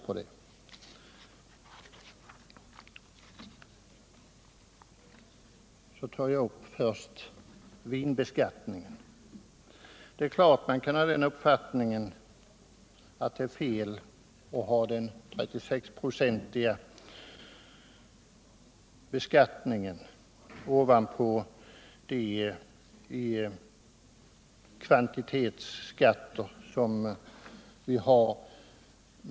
Först vill jag ta upp vinbeskattningen. Det är klart att man kan anse att det är felaktigt att ha en 36-procentig beskattning ovanpå kvantitetsskatterna.